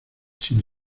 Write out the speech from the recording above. sin